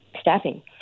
staffing